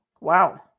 Wow